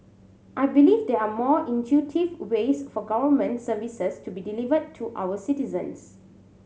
I believe there are more intuitive ways for government services to be delivered to our citizens